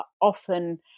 often